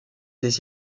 des